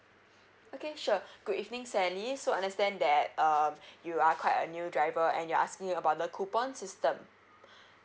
okay sure good evening sally so understand that uh you are quite a new driver and you're asking about the coupon system